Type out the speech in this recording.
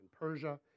Persia